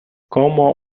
como